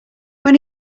when